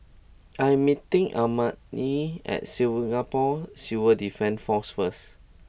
I am meeting Elmina at Singapore Civil Defence Force first